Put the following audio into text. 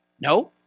No